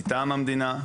מטעם המדינה,